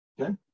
Okay